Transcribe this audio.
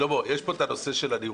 שלמה, יש פה את הנושא של הנראות